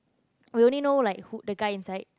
really know like who the guy inside